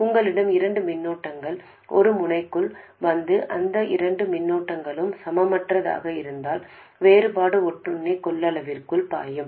உங்களிடம் இரண்டு மின்னோட்டங்கள் ஒரு முனைக்குள் வந்து அந்த இரண்டு மின்னோட்டங்களும் சமமற்றதாக இருந்தால் வேறுபாடு ஒட்டுண்ணி கொள்ளளவிற்குள் பாயும்